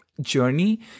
journey